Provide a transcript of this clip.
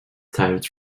tired